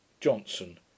Johnson